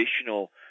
additional